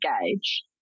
engage